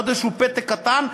עוד פתק קטן.